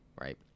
right